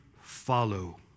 follow